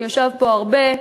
הוא ישב פה הרבה,